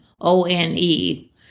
O-N-E